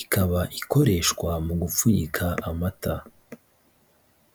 ikaba ikoreshwa mu gupfunyika amata.